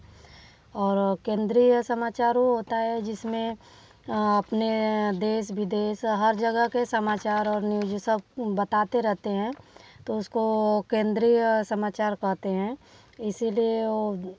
और केंद्रीय समाचार वह होता है जिसमें आपने देश विदेश हर जगह के समाचार और न्यूज यह सब बताते रहते हैं तो उसको केंद्रीय समाचार कहते हैं इसीलिए वह